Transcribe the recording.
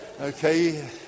Okay